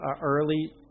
early